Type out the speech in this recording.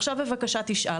עכשיו, בבקשה, תשאל.